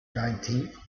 nineteenth